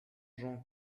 jean